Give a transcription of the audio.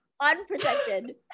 unprotected